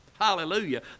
Hallelujah